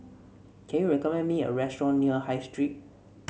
can you recommend me a restaurant near High Street